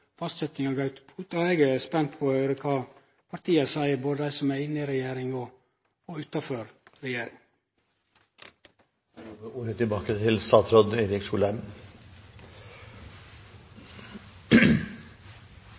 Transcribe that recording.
Eg er spent på å høyre kva partia seier, både dei som er i regjering, og dei som er utafor regjeringa. La meg først si til